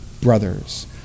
brothers